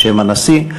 בשם הנשיא.